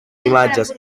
imatges